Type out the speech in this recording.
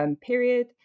period